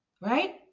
Right